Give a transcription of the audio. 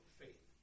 faith